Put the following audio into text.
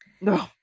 No